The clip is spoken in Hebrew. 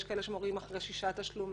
יש כאלה שמורים אחרי שישה תשלומים.